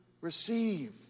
receive